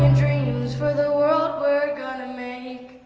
and dreams for the world we're gonna make